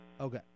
Okay